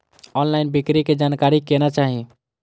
Online बिक्री के जानकारी केना चाही?